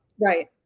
Right